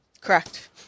Correct